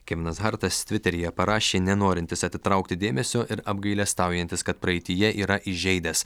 kevinas hartas tviteryje parašė nenorintis atitraukti dėmesio ir apgailestaujantis kad praeityje yra įžeidęs